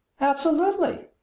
absolutely!